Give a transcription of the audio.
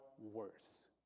worse